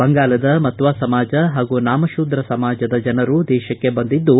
ಬಂಗಾಲದ ಮತ್ವಾ ಸಮಾಜ ಹಾಗೂ ನಾಮಶೂದ್ರ ಸಮಾಜದ ಜನರು ದೇಶಕ್ಕೆ ಬಂದಿದ್ದು